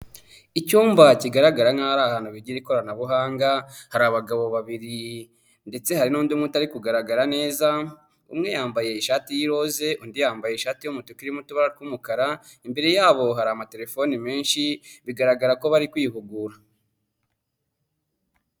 Icyumba kigaragara nkaho hari ahantu bigira ikoranabuhanga, hari abagabo babiri ndetse hari n'undi utari kugaragara neza, umwe yambaye ishati y'iroze undi yambaye ishati y'umutuku irimo utubara tw'umukara, imbere yabo hari amaterefoni menshi bigaragara ko bari kwihugura.